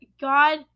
God